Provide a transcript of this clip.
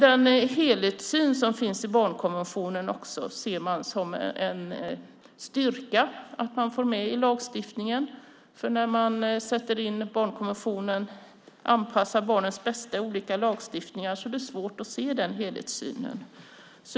Man ser som en styrka att man får med den helhetssyn som finns i barnkonventionen i lagstiftningen. När man sätter in barnkonventionen och anpassar för barnens bästa i olika lagstiftningar är det svårt att se den helhetssynen.